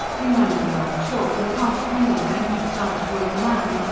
in running along shore, we cast many an anxious eye towards the land,